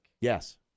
Yes